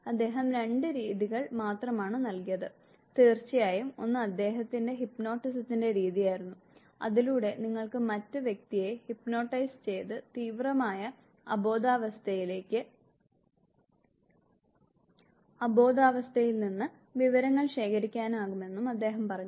അദ്ദേഹം രണ്ട് രീതികൾ മാത്രമാണ് നൽകിയത് തീർച്ചയായും ഒന്ന് അദ്ദേഹത്തിന്റെ ഹിപ്നോട്ടിസത്തിന്റെ രീതിയായിരുന്നു അതിലൂടെ നിങ്ങൾക്ക് മറ്റ് വ്യക്തിയെ ഹിപ്നോട്ടൈസ് ചെയ്ത് തീവ്രമായ അബോധാവസ്ഥയിൽ നിന്ന് വിവരങ്ങൾ ശേഖരിക്കാനാകുമെന്നും അദ്ദേഹം പറഞ്ഞു